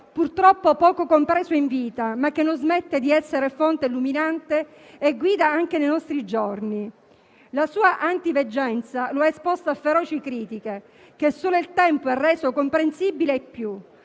purtroppo poco compreso in vita, che non smette però di essere fonte illuminante e guida anche nei nostri giorni. La sua antiveggenza lo ha esposto a feroci critiche e solo il tempo l'ha reso comprensibile ai più,